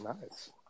Nice